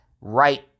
right